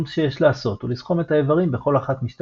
כל שיש לעשות הוא לסכום את האיברים בכל אחת משתי